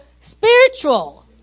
spiritual